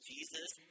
Jesus